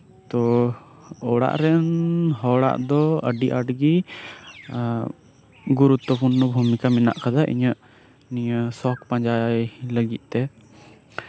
ᱛᱳ ᱚᱲᱟᱜ ᱨᱮᱱ ᱦᱚᱲᱟᱜ ᱫᱚ ᱟᱹᱰᱤ ᱟᱸᱴ ᱜᱮ ᱜᱩᱨᱩᱛᱛᱚ ᱯᱩᱨᱱᱚ ᱵᱷᱩᱢᱤᱠᱟ ᱢᱮᱱᱟᱜ ᱠᱟᱫᱟ ᱤᱧᱟᱹᱜ ᱱᱚᱣᱟ ᱥᱚᱠᱷ ᱯᱟᱸᱡᱟᱭ ᱞᱟᱹᱜᱤᱫ ᱛᱮ